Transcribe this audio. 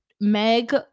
meg